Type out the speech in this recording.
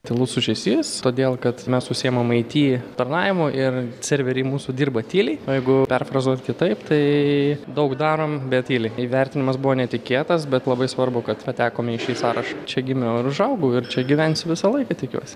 tylus ūžesys todėl kad mes užsiimam ai ty aptarnavimu ir serveriai mūsų dirba tyliai o jeigu perfrazuoti kitaip tai daug darom bet tyliai įvertinimas buvo netikėtas bet labai svarbu kad patekome į šį sąrašą čia gimiau ir užaugau ir čia gyvensiu visą laiką tikiuosi